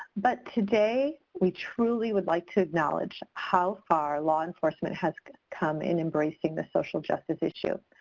but today, we truly would like to acknowledge how far law enforcement has come in embracing the social justice issue.